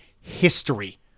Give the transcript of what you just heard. history